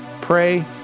pray